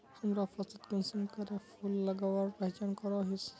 हमरा फसलोत कुंसम करे फूल लगवार पहचान करो ही?